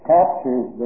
captures